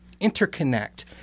interconnect